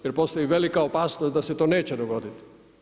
Jer postoji velika opasnost da se to neće dogoditi.